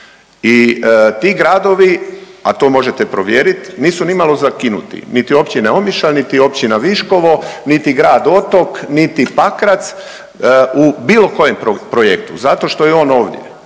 I ti gradovi, a to možete provjerit, nisu nimalo zakinuti, niti Općina Omišalj, niti Općina Viškovo, niti grad Otok, niti Pakrac u bilo kojem projektu zato što je on ovdje